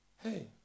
Hey